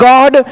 God